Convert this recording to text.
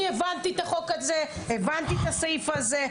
אני הבנתי את החוק הזה, הבנתי את הסעיף הזה.